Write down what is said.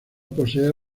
posee